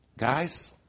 Guys